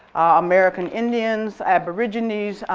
american indians, aboriginals,